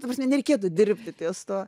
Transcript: ta prasme nereikėtų dirbti ties tuo